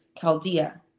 Chaldea